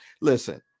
Listen